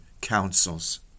counsels